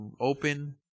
open